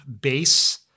base